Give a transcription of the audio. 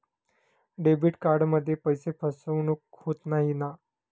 Debit कार्डमध्ये पैसे फसवणूक होत नाही ना?